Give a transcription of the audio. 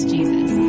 Jesus